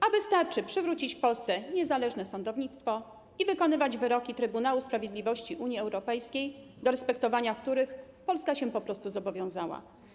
A wystarczy przywrócić w Polsce niezależne sądownictwo i wykonywać wyroki Trybunału Sprawiedliwości Unii Europejskiej, do respektowania których Polska się zobowiązała.